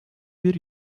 bir